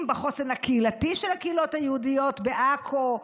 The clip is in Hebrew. בחוסן הקהילתי של הקהילות היהודיות בעכו,